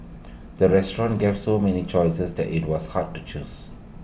the restaurant gave so many choices that IT was hard to choose